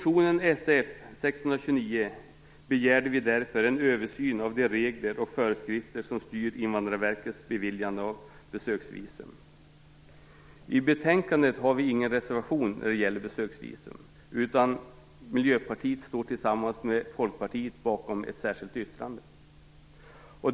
I motion Sf629 har vi därför begärt en översyn av de regler och föreskrifter som styr Invandrarverkets beviljande av besöksvisum. I betänkandet finns det ingen reservation från oss när det gäller besöksvisum. Miljöpartiet står i stället tillsammans med Folkpartiet bakom ett särskilt yttrande.